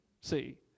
See